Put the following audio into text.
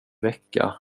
vecka